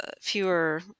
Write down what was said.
fewer